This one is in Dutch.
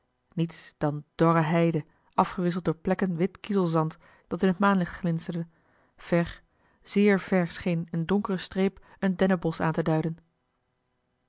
niets dan dorre heide afgewisseld door plekken wit kiezelzand dat in het maanlicht glinsterde ver zeer ver scheen eene donkere streep een dennenbosch aan te duiden